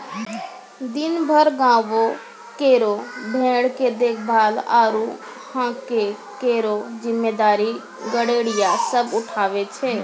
दिनभर गांवों केरो भेड़ के देखभाल आरु हांके केरो जिम्मेदारी गड़ेरिया सब उठावै छै